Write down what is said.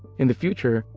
in the future,